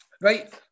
right